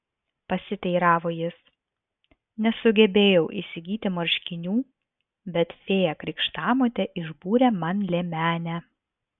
pasiteiravo jis nesugebėjau įsigyti marškinių bet fėja krikštamotė išbūrė man liemenę